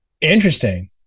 Interesting